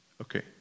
Okay